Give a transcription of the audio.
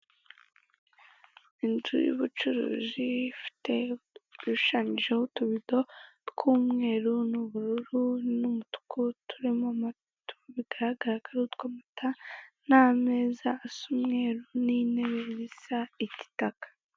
Inzu y'ubucuruzi ishushanyijeho utubido tw'umweru n'ubururu n'umutuku, bigaragara ko ari utw'amata, n'ameza asa umweru n'intebe zisa igitaka.